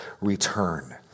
return